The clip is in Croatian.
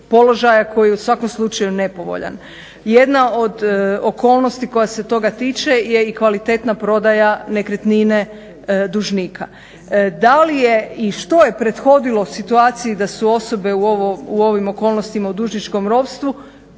položaja koji je u svakom slučaju nepovoljan. Jedna od okolnosti koja se toga tiče je i kvalitetna prodaja nekretnine dužnika. Da li je i što je prethodilo situaciji da su osobe u ovim okolnostima u dužničkom ropstvu,